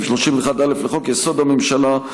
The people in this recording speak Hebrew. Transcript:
בהתאם לסעיף 31(א) לחוק-יסוד: הממשלה,